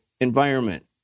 environment